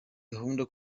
gahunda